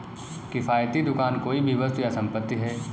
किफ़ायती दुकान कोई भी वस्तु या संपत्ति है